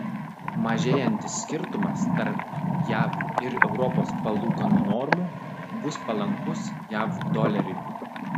mažėjantis skirtumas tarp jav ir europos palūkanų normų bus palankus jav doleriui